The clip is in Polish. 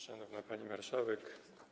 Szanowna Pani Marszałek!